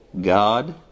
God